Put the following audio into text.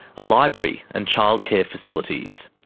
a library, and childcare facilities.